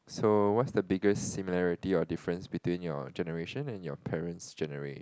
so what's the biggest similarity or difference between your generation and your parent's genera~